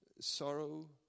sorrow